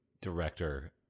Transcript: director